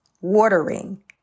watering